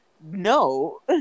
No